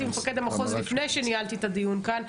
ממפקד המחוז לפני שניהלתי את הדיון כאן,